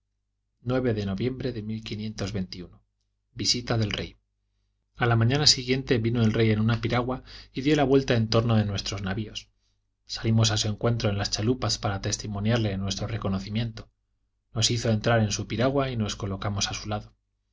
de noviembre de visita del rey a la mañana siguiente vino el rey en una piragua y dio la vuelta en torno de nuestros navios salimos a su encuentro en las chalupas para testimoniarle nuestro reconocimiento nos hizo entrar en su piragua y nos colocamos a su lado